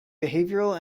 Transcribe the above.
behavioral